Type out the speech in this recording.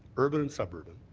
urban and suburban,